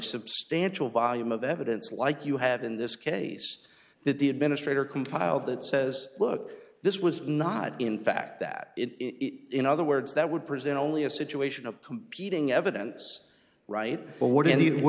substantial volume of evidence like you have in this case that the administrator compiled that says look this was not in fact that it in other words that would present only a situation of competing evidence right well what